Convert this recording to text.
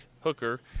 Hooker